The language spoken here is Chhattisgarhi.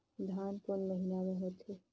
धान कोन महीना मे होथे?